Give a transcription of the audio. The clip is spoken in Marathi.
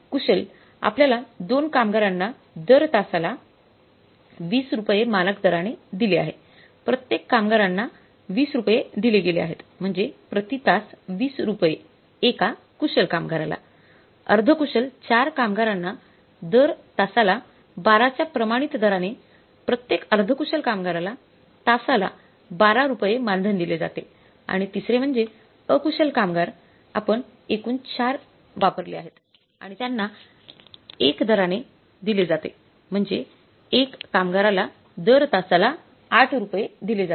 कुशल आपल्याला 2 कामगारांना दर तासाला 20 रुपये मानक दराने दिले आहे प्रत्येक कामगारांना 20 रुपये दिले गेले आहेत म्हणजे प्रति तास 20 रुपये एका कुशल कामगाराला अर्धकुशल 4 कामगारांना दर तासाला 12 च्या प्रमाणित दराने प्रत्येक अर्धकुशल कामगाराला तासाला 12 रुपये मानधन दिले जाते आणि तिसरे म्हणजे अकुशल कामगार आपण एकूण 4 वापरले आहेत आणि त्यांना एक दराने दिले जाते म्हणजे एक कामगाराला दर तासाला 8 रुपये दिले जाते